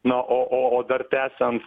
na o o o dar tęsiant